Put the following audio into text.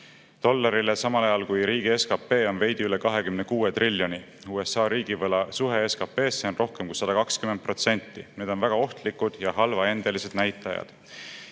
dollarile, samal ajal kui riigi SKT on veidi üle 26 triljoni. USA riigivõla suhe SKT-sse on rohkem kui 120%. Need on väga ohtlikud ja halvaendelised näitajad. Sellega